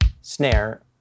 snare